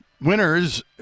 winners